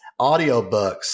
Audiobooks